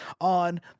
on